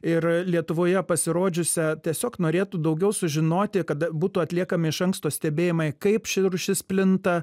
ir lietuvoje pasirodžiusią tiesiog norėtų daugiau sužinoti kad būtų atliekami iš anksto stebėjimai kaip ši rūšis plinta